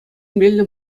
меллӗ